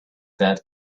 that